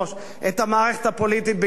את המערכת הפוליטית בישראל.